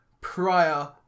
prior